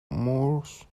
moose